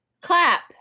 Clap